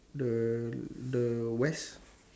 the the west